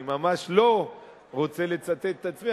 אני ממש לא רוצה לצטט את עצמי.